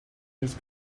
his